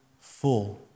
full